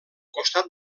costat